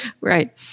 Right